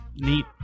neat